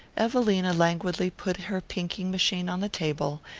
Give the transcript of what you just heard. evelina languidly put her pinking-machine on the table,